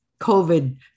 covid